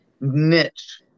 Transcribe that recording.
niche